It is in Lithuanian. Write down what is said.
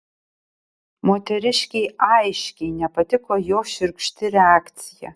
moteriškei aiškiai nepatiko jo šiurkšti reakcija